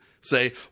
say